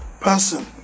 person